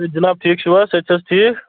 ہے جِناب ٹھیٖک چھُو حظ صحت چھَ حظ ٹھیٖک